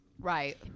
Right